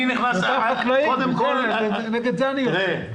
אלה אותם חקלאים ונגד זה אני יוצא.